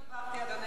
חבר הכנסת מולה,